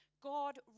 God